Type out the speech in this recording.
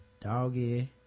doggy